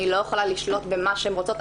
אני לא יכולה לשלוט במה שהן אומרות,